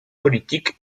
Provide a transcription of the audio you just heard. politique